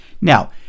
Now